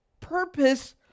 purpose